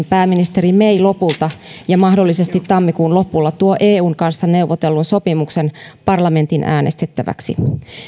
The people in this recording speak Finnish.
pääministeri may lopulta mahdollisesti tammikuun lopulla tuo eun kanssa neuvotellun sopimuksen parlamentin äänestettäväksi